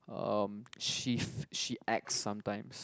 um she f~ she acts sometimes